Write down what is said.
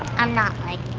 i'm not like